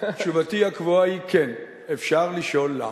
תשובתי הקבועה היא כן, אפשר לשאול למה,